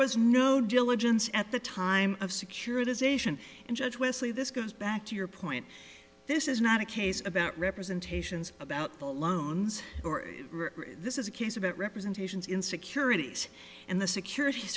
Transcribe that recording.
was no diligence at the time of securitization and judge wesley this goes back to your point this is not a case about representations about the loans or this is a case about representations in securities in the security